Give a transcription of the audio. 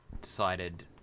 decided